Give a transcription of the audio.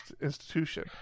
institution